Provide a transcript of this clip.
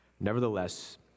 Nevertheless